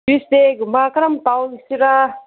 ꯇ꯭ꯨꯌꯏꯁꯗꯦꯒꯨꯝꯕ ꯀꯔꯝ ꯇꯧꯁꯤꯔꯥ